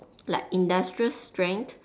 like industrial strength